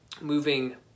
moving